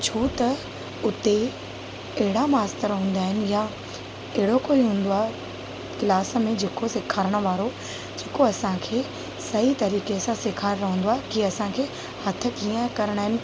छो त उते अहिड़ा मास्तर हूंदा आहिनि या अहिड़ो कोई हूंदो आहे क्लास में जेको सेखारणु वारो जेको असांखे सही तरीक़े सां सेखारंदो की असांखे हथ कीअं करिणा आहिनि